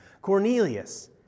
Cornelius